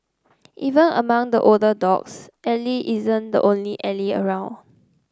even among the older dogs Ally isn't the only Ally around